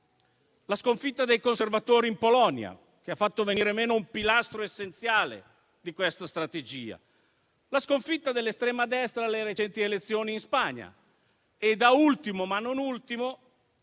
la sconfitta dei conservatori in Polonia, che ha fatto venire meno un pilastro essenziale di questa strategia; la sconfitta dell'estrema destra alle recenti elezioni in Spagna; da ultimo, ma non ultimo,